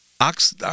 ox